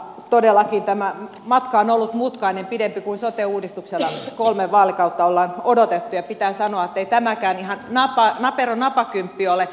todellakin tämä matka on ollut mutkainen pidempi kuin sote uudistuksella kolme vaalikautta ollaan odotettu ja pitää sanoa että ei tämäkään ihan napero napakymppi ole